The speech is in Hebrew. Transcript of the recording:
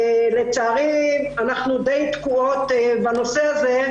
לצערי אנחנו די תקועות בנושא הזה.